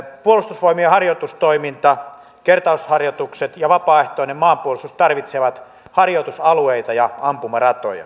puolustusvoimien harjoitustoiminta kertausharjoitukset ja vapaaehtoinen maanpuolustus tarvitsevat harjoitusalueita ja ampumaratoja